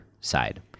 side